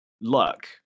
luck